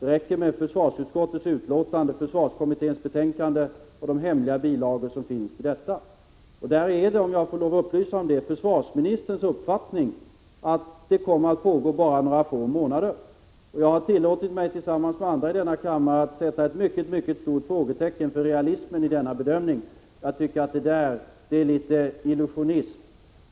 Det räcker med försvarsutskottets betänkande, försvarskommitténs betänkande och de hemliga bilagor som finns i detta. Där är — om jag får lov att upplysa om det — försvarsministerns uppfattning att ett sådant krig kommer att pågå bara några få månader. Jag har tillåtit mig, tillsammans med andra i denna kammare, att sätta ett mycket stort frågetecken inför realismen i denna bedömning. Jag tycker att den innebär litet av ett illusionsnummer.